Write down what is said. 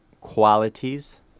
qualities